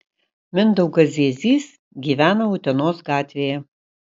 mindaugas ziezys gyvena utenos gatvėje